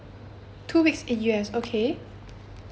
two weeks in U_S okay